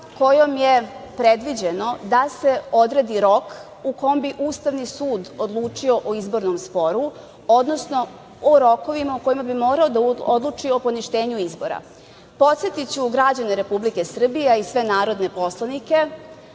kojom je predviđeno da se odredi rok u kome bi Ustavni sud odlučio o izbornom sporu, odnosno o rokovima u kojima bi morao da odluči o poništenju izbora. Podsetiću građane Republike Srbije, a i sve narodne poslanike